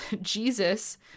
Jesus